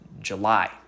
July